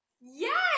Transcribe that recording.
Yes